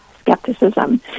skepticism